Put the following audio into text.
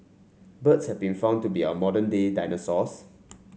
birds have been found to be our modern day dinosaurs